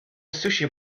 sushi